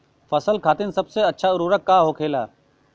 फसल खातीन सबसे अच्छा उर्वरक का होखेला?